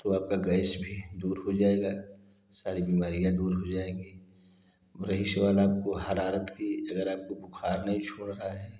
तो आपका गैस भी दूर हो जाएगा सारी बीमारियाँ दूर हो जाएँगी रही सवाल आपको हरारत की अगर आपको बुख़ार नहीं छोड़ रहा है